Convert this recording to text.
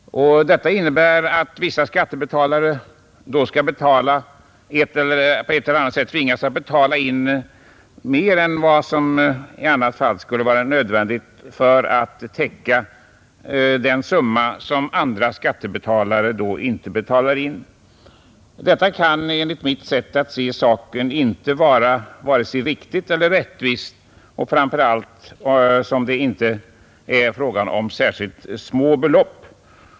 Detta innebär att vissa skattebetalare skall på ett eller annat sätt tvingas att betala in mer än vad som i annat fall skulle vara nödvändigt, detta för att täcka den summa som andra skattebetalare inte betalar in. Detta kan enligt mitt sätt att se saken inte vara vare sig riktigt eller rättvist, framför allt som det inte är fråga om särskilt små belopp.